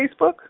Facebook